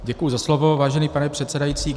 Děkuji za slovo, vážený pane předsedající.